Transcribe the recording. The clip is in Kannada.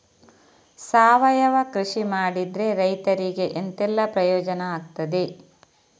ಸಾವಯವ ಕೃಷಿ ಮಾಡಿದ್ರೆ ರೈತರಿಗೆ ಎಂತೆಲ್ಲ ಪ್ರಯೋಜನ ಆಗ್ತದೆ?